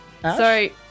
Sorry